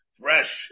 fresh